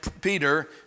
Peter